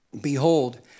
Behold